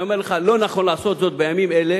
אני אומר לך לא נכון לעשות את זה בימים אלה,